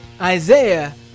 Isaiah